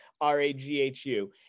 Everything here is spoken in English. R-A-G-H-U